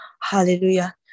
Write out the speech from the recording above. Hallelujah